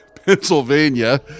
Pennsylvania